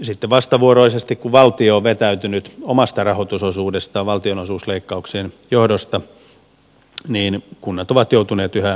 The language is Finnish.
sitten vastavuoroisesti kun valtio on vetäytynyt omasta rahoitusosuudestaan valtionosuusleikkauksien johdosta kunnat ovat joutuneet yhä haastavampaan tilanteeseen